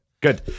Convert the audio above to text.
Good